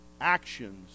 actions